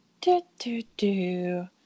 do-do-do